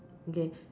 okay